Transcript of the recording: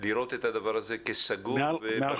לראות את הדבר הזה כסגור ובר ביצוע.